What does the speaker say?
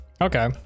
Okay